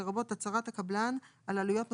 לרבות הצהרת הקבלן על עלויות נוספות,